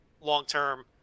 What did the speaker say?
long-term